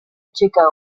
checa